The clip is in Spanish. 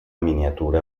miniatura